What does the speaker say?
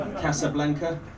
Casablanca